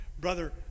Brother